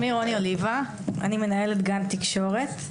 שמי רוני אוליבה, אני מנהלת גן תקשורת.